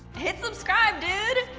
hit subscribe dude!